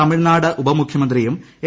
തമിഴ്നാട് ഉപമുഖ്യമന്ത്രിയും എ